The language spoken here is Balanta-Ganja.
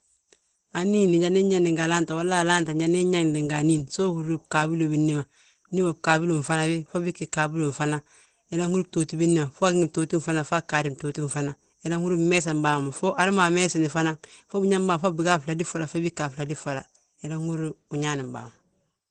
Anín anan yeeŋdi nga alaante, fo alaante anan yeeŋdi nga anín, alaante unan yeeŋdi nga anín so uhúri bgaabilo billi ma. Ndu ugí mo bgaabilo mfana bi, fo bii ggí bgaabilo mfana. Unan húri btooti billi ma fo agí ngi, btooti mfana fo agaadi btooti mfana. Inan húri mmeesen bàa ma, fo hala ma ameesni fana, fo biñaŋ ma fo biga a fladí ffoda fo bii gga a fladí ffoda, inan húri uñaanin bàa ma.